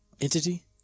entity